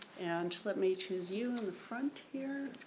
and let me choose you in the front here.